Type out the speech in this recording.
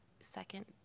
second